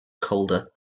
colder